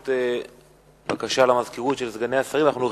בעקבות בקשה של סגני השרים מהמזכירות.